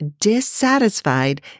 dissatisfied